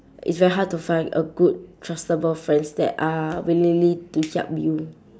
it's very hard to find a good trustable friends that are willingly to help you